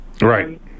Right